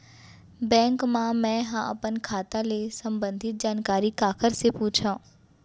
Bank मा मैं ह अपन खाता ले संबंधित जानकारी काखर से पूछव?